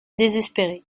désespéré